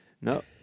No